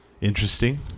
Interesting